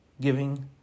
giving